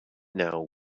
now